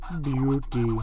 beauty